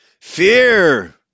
Fear